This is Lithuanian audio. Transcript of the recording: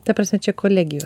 ta prasme čia kolegijos